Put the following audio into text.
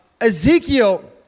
Ezekiel